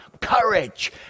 courage